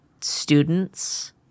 students